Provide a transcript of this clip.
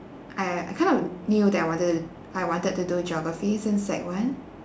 I I kind of knew that I wanted I wanted to do geography since sec one